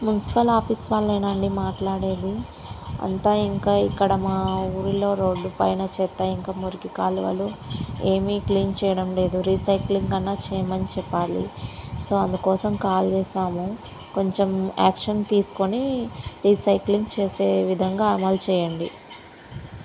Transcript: municipal office వాళ్ళేనాండి మాట్లాడేది అంతా ఇంకా ఇక్కడ మా ఊరిలో రోడ్లు పైన చెత్త ఇంకా మురికి కాలువలు ఏమీ క్లీన్ చేయడం లేదు రీసైక్లింగ్ అన్నా చేయమని చెప్పాలి సో అందుకోసం కాల్ చేసాము కొంచెం యాక్షన్ తీసుకుని రీసైక్లింగ్ చేసే విధంగా అమలు చేయండి